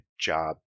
job